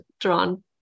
drawn